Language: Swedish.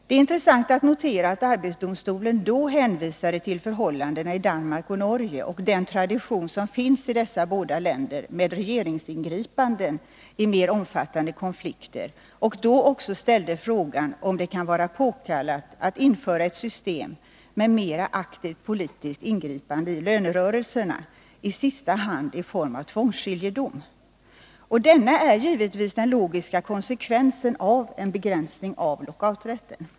Det är intressant att notera att arbetsdomstolen då hänvisade till förhållandena i Danmark och Norge och den tradition som finns i dessa båda länder med regeringsingripanden i mer omfattande konflikter och då också ställde frågan om det kan vara påkallat att införa ett system med mera aktivt politiskt ingripande i lönerörelserna, i sista hand i form av tvångsskiljedom. Denna är givetvis den logiska konsekvensen av en begränsning av lockouträtten.